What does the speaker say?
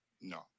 No